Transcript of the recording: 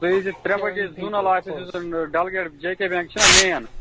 تُہۍ ییٖزیٚو ترٛےٚ بَجے زوٗنَل آفیس یُس زَن Dal gate J K bank چھُنا مین